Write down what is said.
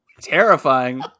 terrifying